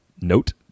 note